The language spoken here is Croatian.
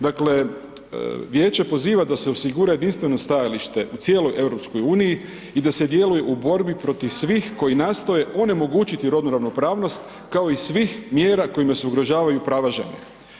Dakle, Vijeće poziva da se osigura jedinstveno stajalište u cijeloj Europskoj uniji i da se djeluje u borbi protiv svih koji nastoje onemogućiti rodnu ravnopravnost, kao i svih mjera kojima se ugrožavaju prava žene.